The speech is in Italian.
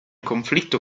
conflitto